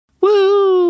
Woo